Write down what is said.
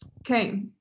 okay